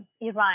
Iran